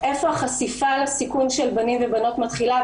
איפה החשיפה לסיכון של בנים ובנות מתחילה,